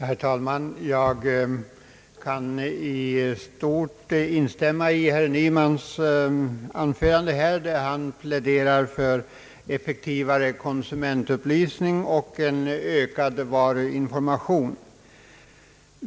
Herr talman! Jag kan i stort instämma i herr Nymans anförande, när han pläderar för effektivare konsumentupplysning och ökad varuinformation.